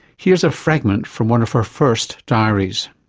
here's a fragment from one of her first diaries.